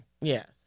Yes